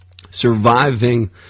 surviving